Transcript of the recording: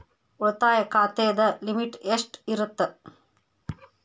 ಉಳಿತಾಯ ಖಾತೆದ ಲಿಮಿಟ್ ಎಷ್ಟ ಇರತ್ತ?